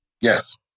Yes